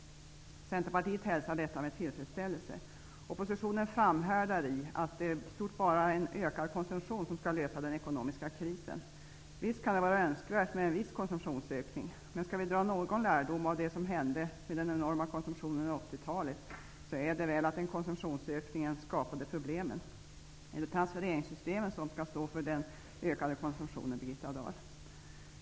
Centerpartiet hälsar detta med tillfredsställelse. Oppositionen framhärdar i att det i stort bara är en ökad konsumtion som skall lösa den ekonomiska krisen. Visst kan det vara önskvärt med en viss konsumtionsökning, men skall vi dra någon lärdom av det som hände med den enorma konsumtionen under 80-talet så är det väl att den konsumtionsökningen skapade problemen. Är det transfereringssystemen som skall stå för den ökade konsumtionen, Birgitta Dahl?